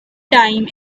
time